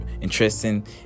interesting